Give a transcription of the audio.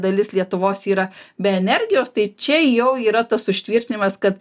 dalis lietuvos yra be energijos tai čia jau yra tas užtvirtinimas kad